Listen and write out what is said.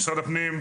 משרד הפנים,